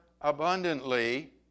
abundantly